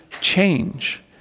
change